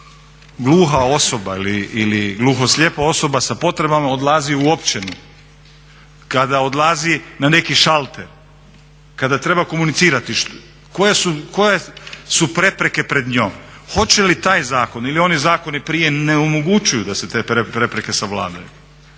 kad gluha osoba ili gluhoslijepa osoba sa potrebama odlazi u općini, kada odlazi na neki šalter, kada treba komunicirati, koje su prepreke pred njom. Hoće li taj zakon ili oni zakoni prije ne omogućuju da se te prepreke savladaju,